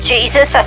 Jesus